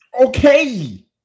okay